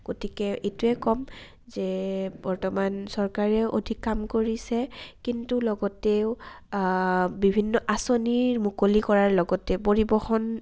গতিকে এইটোৱে ক'ম যে বৰ্তমান চৰকাৰেও অধিক কাম কৰিছে কিন্তু লগতেও বিভিন্ন আঁচনিৰ মুকলি কৰাৰ লগতে পৰিবহণ